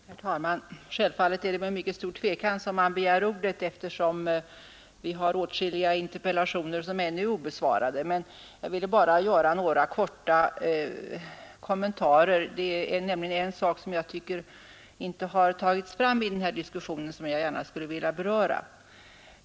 Herr talman! Självfallet är det med mycket stor tvekan som jag begär ordet eftersom det ännu återstår ett par obesvarade interpellationer. Men jag vill bara göra några korta kommentarer. Det är nämligen en sak som inte kommit fram i denna diskussion och som jag vill beröra.